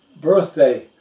birthday